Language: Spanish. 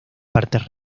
partes